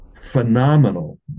Phenomenal